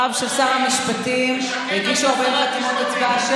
חבר הכנסת סמוטריץ', איפה היית ארבע שנים?